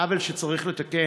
עוול שצריך לתקן,